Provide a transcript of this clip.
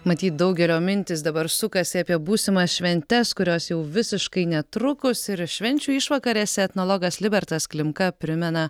matyt daugelio mintys dabar sukasi apie būsimas šventes kurios jau visiškai netrukus ir švenčių išvakarėse etnologas libertas klimka primena